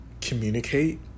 communicate